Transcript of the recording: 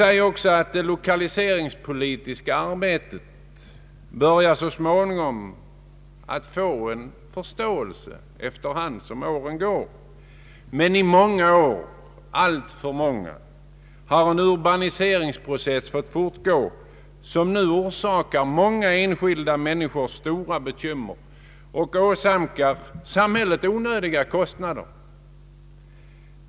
Det lokaliseringspolitiska arbetet börjar så småningom att vinna förståelse efter hand som åren går. Men i många år — alltför många — har en urbaniseringsprocess fått fortgå som nu orsakar många enskilda människor stora bekymmer och åsamkar samhället onödiga kostnader.